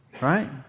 right